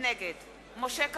נגד משה כחלון,